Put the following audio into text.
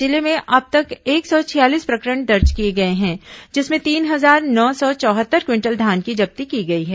जिले में अब तक एक सौ छियालीस प्रकरण दर्ज किए गए हैं जिसमें तीन हजार नौ सौ चौहत्तर क्विंटल धान की जब्ती की गई है